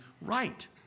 right